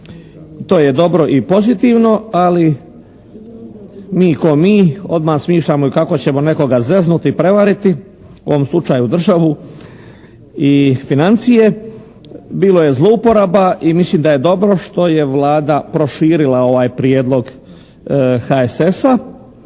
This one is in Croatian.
To je dobro i pozitivno ali mi kao mi odmah smišljamo i kako ćemo nekoga zeznuti, prevariti. U ovom slučaju državu i financije. Bilo je zlouporaba i mislim da je dobro što je Vlada proširila ovaj prijedlog HSS-a